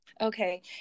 Okay